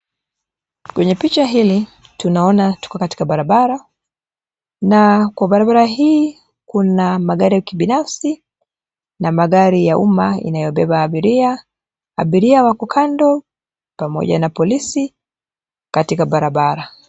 Kwenye picha hili, tunaona tuko katika barabara. Na kwa barabara hii, kuna magari ya kibinafsi na magari ya umma yanayobeba abiria. Abiria wapo kando, pamoja na polisi, katika barabara.